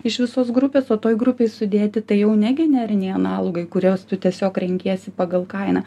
iš visos grupės o toj grupėj sudėti tai jau ne generiniai analogai kuriuos tu tiesiog renkiesi pagal kainą